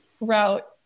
route